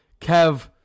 Kev